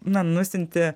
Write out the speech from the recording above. na nusiunti